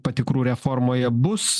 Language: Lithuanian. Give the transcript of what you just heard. patikrų reformoje bus